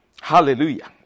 Hallelujah